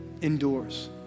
endures